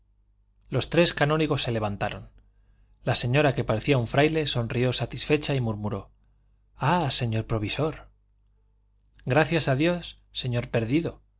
los tres canónigos se levantaron la señora que parecía un fraile sonrió satisfecha y murmuró ah señor provisor gracias a dios señor perdido